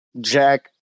Jack